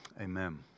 Amen